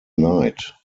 night